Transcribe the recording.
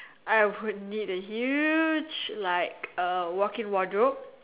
I would need a huge like uh walk in wardrobe